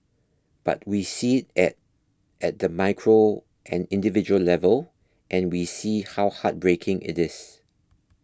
but we see it at the micro and individual level and we see how heartbreaking it is